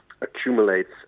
accumulates